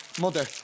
mother